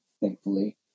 thankfully